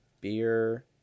beer